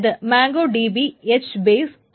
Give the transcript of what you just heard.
അതായത് Mongo DB H ബെസ്